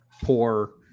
poor